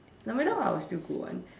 no matter what I'll still go [one]